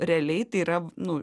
realiai tai yra nu